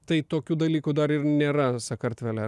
tai tokių dalykų dar ir nėra sakartvele